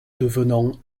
devenant